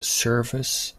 service